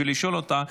בשביל לשאול אותה,